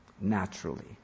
Naturally